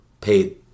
paid